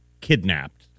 kidnapped